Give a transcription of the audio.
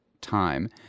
time